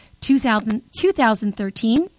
2013